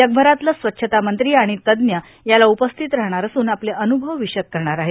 जगभरातले स्वच्छता मंत्री आर्गाण तज्ञ याला उपस्थित राहणार असून आपले अनुभव र्विषद करणार आहेत